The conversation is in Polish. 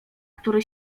który